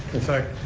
in fact,